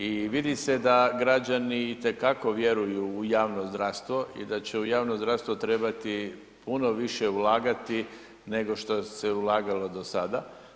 I vidi se da građani itekako vjeruju u javno zdravstvo i da će u javno zdravstvo trebati puno više ulagati nego što se ulagalo do sada.